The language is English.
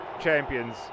champions